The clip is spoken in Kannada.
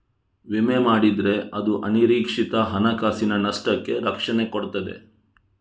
ವಿಮೆ ಮಾಡಿದ್ರೆ ಅದು ಅನಿರೀಕ್ಷಿತ ಹಣಕಾಸಿನ ನಷ್ಟಕ್ಕೆ ರಕ್ಷಣೆ ಕೊಡ್ತದೆ